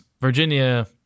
Virginia